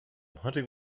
hunting